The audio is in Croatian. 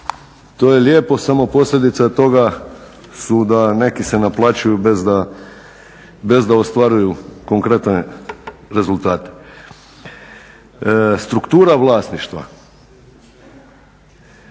toj je lijepo, samo posljedice toga su da neki se naplaćuju bez da ostvaruju konkretne rezultate. Struktura vlasništva.